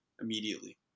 immediately